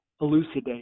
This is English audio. elucidate